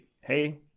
Hey